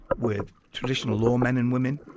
with traditional lawmen and women,